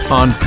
on